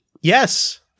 Yes